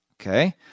Okay